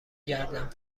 گردم